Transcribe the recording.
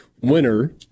winner